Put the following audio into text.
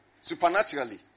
supernaturally